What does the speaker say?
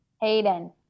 Hayden